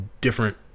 different